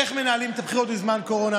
איך מנהלים את הבחירות בזמן קורונה,